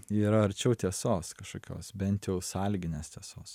ji yra arčiau tiesos kažkokios bent jau sąlyginės tiesos